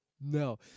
No